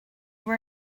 were